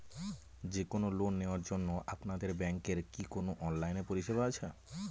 যে কোন লোন নেওয়ার জন্য আপনাদের ব্যাঙ্কের কি কোন অনলাইনে পরিষেবা আছে?